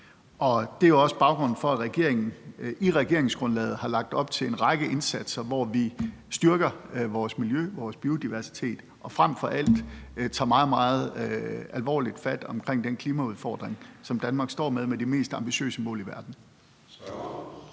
Det er også baggrunden for, at regeringen i regeringsgrundlaget har lagt op til en række indsatser, hvor vi styrker vores miljø og vores biodiversitet og frem for alt tager meget alvorligt fat om den klimaudfordring, som Danmark står med, med de mest ambitiøse mål i verden.